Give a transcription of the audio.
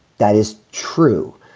that is true.